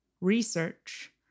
research